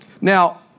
Now